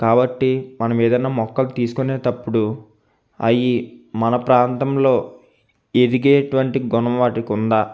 కాబట్టి మనం ఏదైనా మొక్కలు తీసుకునేటప్పుడు అవి మన ప్రాంతంలో ఎదిగేటువంటి గుణం వాటికి ఉందా